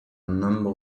number